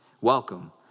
Welcome